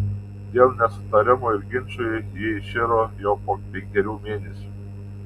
dėl nesutarimų ir ginčų ji iširo jau po penkerių mėnesių